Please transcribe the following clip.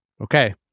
Okay